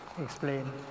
explain